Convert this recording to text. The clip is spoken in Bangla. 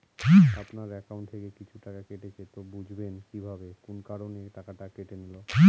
আপনার একাউন্ট থেকে কিছু টাকা কেটেছে তো বুঝবেন কিভাবে কোন কারণে টাকাটা কেটে নিল?